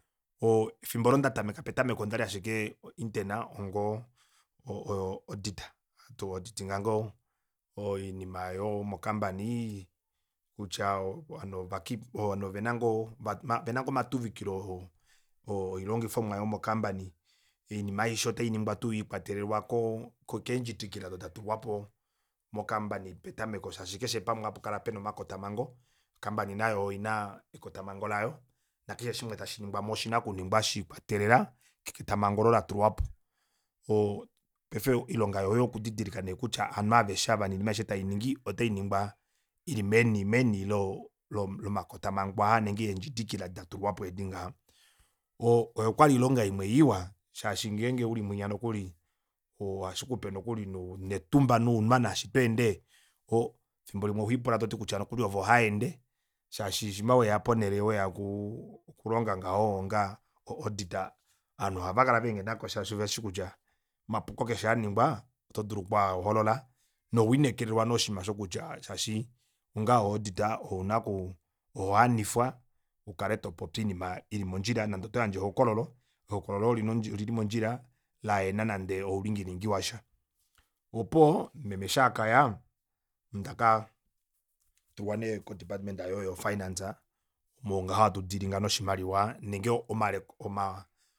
Oo efimbo olo ndatameka petameko ondali ashike o internal onga auditor to auditing iinima yomo company kutya ovanhu ovanhu ovena ongoo omatuvikilo oilongifwamo yomo campany iininima aishe ota iningwa tuu shelikwatelela keendjidikila aado datulwapo mo company petameko shaashi keshe pamwe ohapakala pena omakotamango o company nayo oina ekotamango layo nakeshe shimwe tashiningwamo oshina okuningwa shiikwatelela kekotamango olo latulwapo oo paife oilonga yoye okudidilika nee kutya aanhu aveshe aava noinima aishe tainingi ota iningwa ili meneni meni lomakotamango aa nenge leendjidikila edi datulwapo odo ngaha. Oo okwali oilonga imwe iwa shaashi ngenge uli munya nokuli ohashikupe nokuli netumba nounwa naashi tweende oo efimbo limwe oholipula nokuli toti kutya ove ohahende shaashi shima weya ponele weya okulonga ngaho onga auditor ovanhu ohavakala venghenako shaashi oveshi kutya omapuko keshe aningwa oto dulu okwaaholola nokwiinekelelwa nee oshinima aasho kutya shaashi onga auditor ouna kuu ohava niifwa ukale topopi oinima ili mondjila nande oto handje ehokololo ehokololo loye otalipopi oinima ili mondjila laahena nande oulingilingi washa opuwo meme eshi akaya ondaka tulwa nee ko department oyo finance omo ngaho hatu dealing noshimaliwa